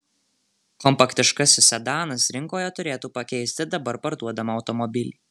kompaktiškasis sedanas rinkoje turėtų pakeisti dabar parduodamą automobilį